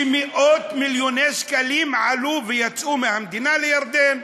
ומאות-מיליוני שקלים עלו ויצאו מהמדינה, לירדן.